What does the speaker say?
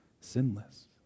sinless